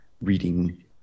reading